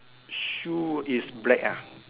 shoe is black ah